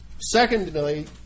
Secondly